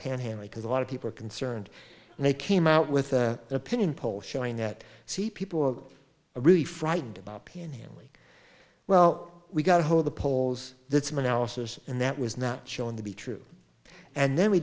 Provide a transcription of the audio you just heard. panhandling because a lot of people are concerned and they came out with an opinion poll showing that see people are really frightened about paying him like well we got to hold the polls that's my analysis and that was not shown to be true and then we